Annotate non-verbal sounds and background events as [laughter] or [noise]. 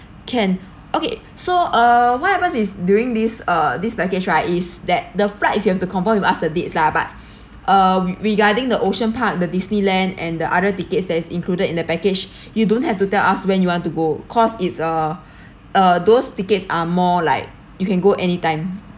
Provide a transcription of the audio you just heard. can okay so uh what happen is during this uh this package right is that the flight is you have to confirm with us the dates lah but uh re~ regarding the ocean park the disneyland and the other tickets that is included in the package you don't have to tell us when you want to go cause it's uh [breath] uh those tickets are more like you can go anytime